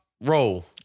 roll